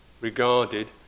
regarded